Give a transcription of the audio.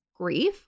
Grief